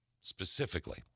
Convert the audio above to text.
Specifically